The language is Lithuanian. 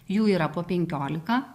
jų yra po penkiolika